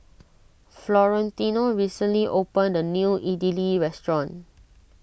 Florentino recently opened a new Idili restaurant